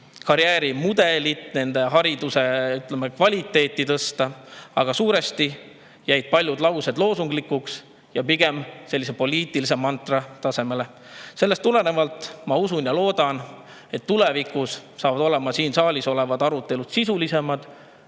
karjäärimudelit [arendada], nende hariduse kvaliteeti tõsta. Aga suuresti jäid paljud laused loosunglikuks ja pigem sellise poliitilise mantra tasemele. Sellest tulenevalt ma loodan ja usun, et tulevikus saavad siin saalis arutelud sisulisemad